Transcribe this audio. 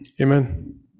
amen